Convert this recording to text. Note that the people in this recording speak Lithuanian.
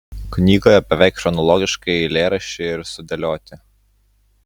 knygoje beveik chronologiškai eilėraščiai ir sudėlioti